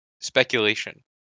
speculation